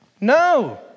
No